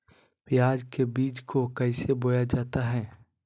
प्याज के बीज को कैसे बोया जाता है?